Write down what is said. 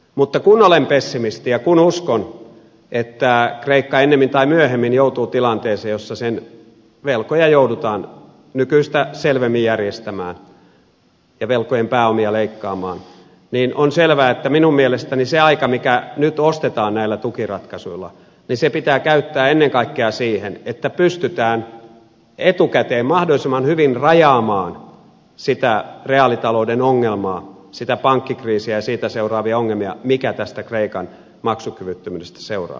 mutta kun olen pessimisti ja kun uskon että kreikka ennemmin tai myöhemmin joutuu tilanteeseen jossa sen velkoja joudutaan nykyistä selvemmin järjestämään ja velkojen pääomia leikkaamaan niin on selvää että minun mielestäni se aika mikä nyt ostetaan näillä tukiratkaisuilla pitää käyttää ennen kaikkea siihen että pystytään etukäteen mahdollisimman hyvin rajaamaan sitä reaalitalouden ongelmaa sitä pankkikriisiä ja siitä seuraavia ongelmia mikä tästä kreikan maksukyvyttömyydestä seuraa